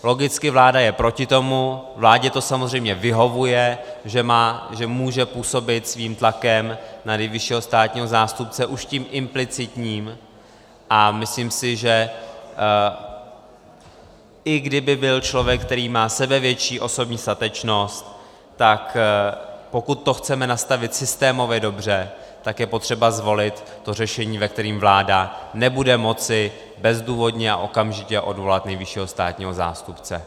Logicky vláda je proti tomu, vládě to samozřejmě vyhovuje, že může působit svým tlakem na nejvyššího státního zástupce už tím implicitním, a myslím si, že i kdyby byl člověk, který má sebevětší osobní statečnost, tak pokud to chceme nastavit systémově dobře, je potřeba zvolit řešení, ve kterém vláda nebude moci bezdůvodně a okamžitě odvolat nejvyššího státního zástupce.